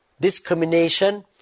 discrimination